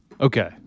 Okay